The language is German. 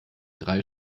drei